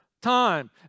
time